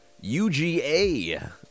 UGA